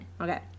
Okay